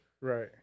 right